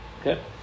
Okay